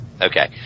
Okay